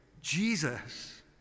Jesus